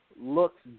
looks